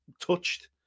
touched